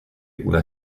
una